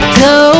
go